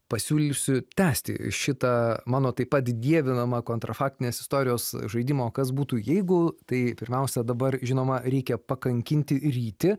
pasiūlysiu tęsti šitą mano taip pat dievinamą kontrafaktinės istorijos žaidimą o kas būtų jeigu tai pirmiausia dabar žinoma reikia pakankinti rytį